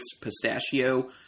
pistachio